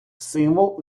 символ